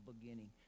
beginning